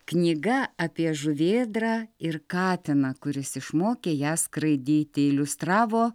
knyga apie žuvėdrą ir katiną kuris išmokė ją skraidyti iliustravo